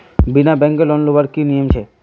बिना बैंकेर लोन लुबार की नियम छे?